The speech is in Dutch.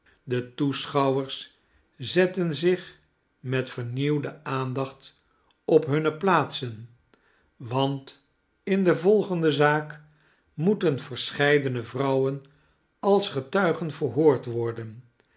de toeschouwers zetten zich met vernieuwde aandacht op hunne plaatsen want in de volgende zaak moeten verscheidene vrouwen als getuigen verhoord worden